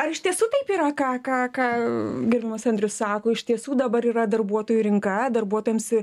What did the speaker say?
ar iš tiesų taip yra ką ką ką gerbiamas andrius sako iš tiesų dabar yra darbuotojų rinka darbuotojams